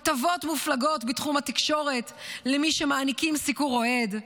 הטבות מופלגות בתחום התקשורת למי שמעניקים סיקור אוהד.